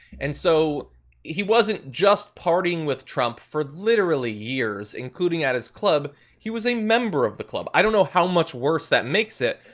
and so he wasn't just partying with trump for literally years, including at his club. he was a member of the club. i don't how much worse that makes it.